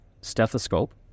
stethoscope